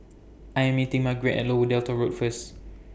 I Am meeting Margeret At Lower Delta Road First